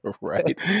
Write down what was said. right